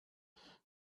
what